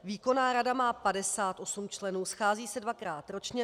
Výkonná rada má 58 členů, schází se dvakrát ročně.